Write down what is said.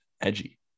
edgy